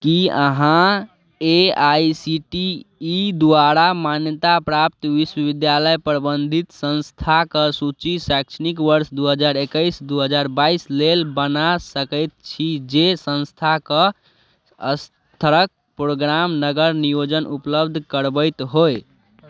की अहाँ A I C T E द्वारा मान्यताप्राप्त विश्वविद्यालय प्रबन्धित संस्थाके सूची शैक्षणिक वर्ष दू हजार एकैस दू हजार बाइस लेल बना सकैत छी जे संस्थाके स्तरक प्रोगाम नगर नियोजन उपलब्ध करबैत होय